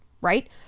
right